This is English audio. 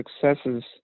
successes